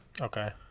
Okay